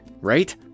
right